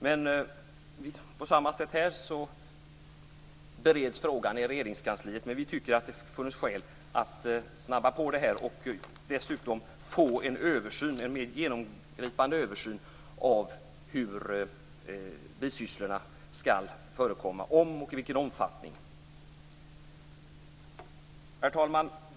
Även den frågan bereds av Regeringskansliet, men vi tycker att det finns skäl att snabba på arbetet och dessutom få en mer genomgripande översyn av om och i vilken omfattning bisysslor skall få förekomma. Herr talman!